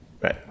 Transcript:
Right